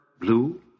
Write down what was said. blue